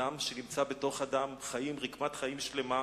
דם שנמצא בתוך אדם, חיים, רקמת חיים שלמה.